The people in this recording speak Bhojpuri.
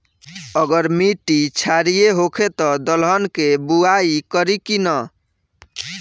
अगर मिट्टी क्षारीय होखे त दलहन के बुआई करी की न?